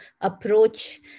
approach